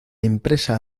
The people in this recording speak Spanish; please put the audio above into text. empresa